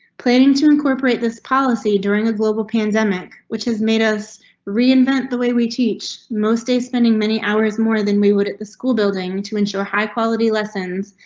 planning to incorporate this policy during a global pandemic which has made us reinvent the way we teach most days, spending many hours more than we would at the school building to ensure high quality lessons.